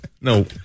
No